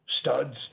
studs